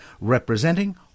representing